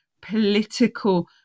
political